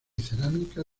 cerámica